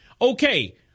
Okay